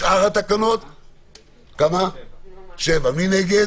הצבעה בעד 7 נגד